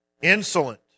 Insolent